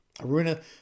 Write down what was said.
Aruna